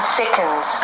seconds